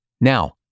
Now